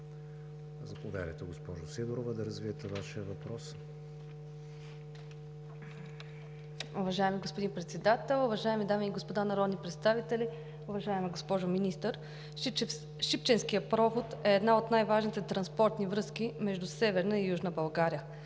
Заповядайте, госпожо Сидорова, да развиете Вашия въпрос.